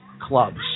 clubs